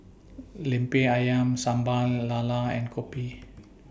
Lemper Ayam Sambal Lala and Kopi